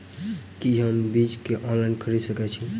की हम बीज केँ ऑनलाइन खरीदै सकैत छी?